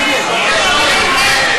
החוק?